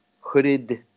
hooded